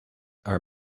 are